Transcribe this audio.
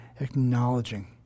acknowledging